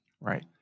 Right